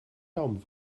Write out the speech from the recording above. daumen